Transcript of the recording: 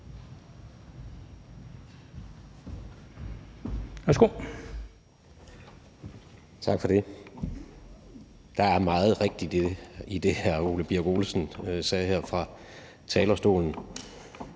Tak for det. Der er meget rigtigt i det, hr. Ole Birk Olesen sagde her fra talerstolen.